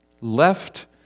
left